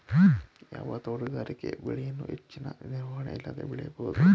ಯಾವ ತೋಟಗಾರಿಕೆ ಬೆಳೆಯನ್ನು ಹೆಚ್ಚಿನ ನಿರ್ವಹಣೆ ಇಲ್ಲದೆ ಬೆಳೆಯಬಹುದು?